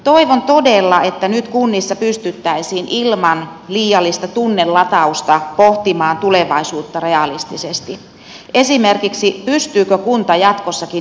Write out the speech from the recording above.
toivon todella että nyt kunnissa pystyttäisiin ilman liiallista tunnelatausta pohtimaan tulevaisuutta realistisesti esimerkiksi pystyykö kunta jatkossakin järjestämään palvelut itse